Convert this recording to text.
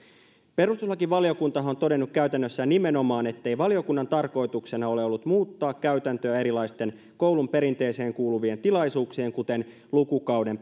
perustuslakivaliokuntahan on todennut käytännössä nimenomaan ettei valiokunnan tarkoituksena ole ollut muuttaa käytäntöä erilaisten koulun perinteeseen kuuluvien tilaisuuksien kuten lukukauden